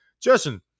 Justin